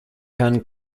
herrn